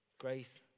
Grace